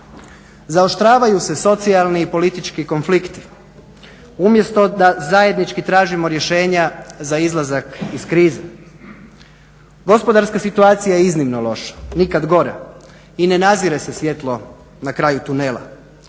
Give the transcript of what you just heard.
Zaoštravaju se socijalni i politički konflikti, umjesto da zajednički tražimo rješenja za izlazak iz krize. Gospodasrska situacija je iznimno loša, nikad gora i ne nadzire se svjetlo na kraju tunela.